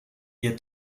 ihr